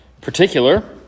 particular